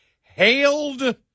hailed